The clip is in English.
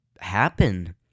happen